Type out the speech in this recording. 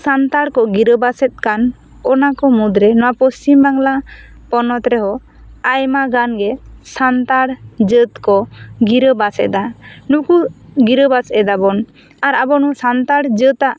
ᱥᱟᱱᱛᱟᱲ ᱠᱚ ᱜᱤᱨᱟᱹᱵᱟᱥᱮᱫᱠᱟᱱ ᱚᱱᱟ ᱠᱚ ᱢᱩᱫᱽᱨᱮ ᱱᱚᱣᱟ ᱯᱚᱪᱷᱤᱢ ᱵᱟᱝᱞᱟ ᱯᱚᱱᱚᱛ ᱨᱮ ᱦᱚᱸ ᱟᱭᱢᱟ ᱜᱟᱱ ᱜᱮ ᱵᱚᱱ ᱥᱟᱱᱛᱟᱲ ᱡᱟᱹᱛ ᱠᱚ ᱜᱤᱨᱟᱹᱵᱟᱥᱮᱫᱟ ᱱᱩᱠᱩ ᱜᱤᱨᱟ ᱵᱟᱥᱮᱫᱟ ᱵᱚᱱ ᱟᱨ ᱟᱵ ᱥᱟᱱᱛᱟᱲ ᱡᱟᱹᱛᱼᱟᱜ